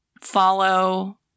Follow